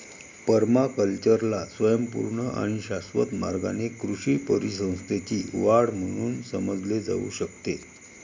पर्माकल्चरला स्वयंपूर्ण आणि शाश्वत मार्गाने कृषी परिसंस्थेची वाढ म्हणून समजले जाऊ शकते